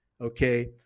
okay